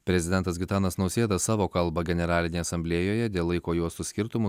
prezidentas gitanas nausėda savo kalbą generalinėje asamblėjoje dėl laiko juostų skirtumų